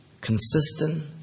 consistent